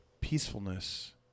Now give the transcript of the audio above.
peacefulness